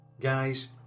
Guys